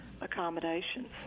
accommodations